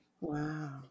wow